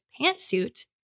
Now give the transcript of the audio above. pantsuit